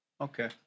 Okay